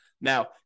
Now